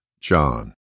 John